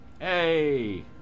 Hey